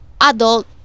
adult